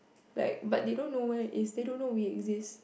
like but they don't know where it is they don't know we exist